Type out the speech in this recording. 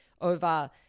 over